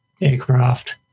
aircraft